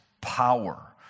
power